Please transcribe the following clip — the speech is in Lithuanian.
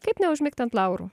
kaip neužmigti ant laurų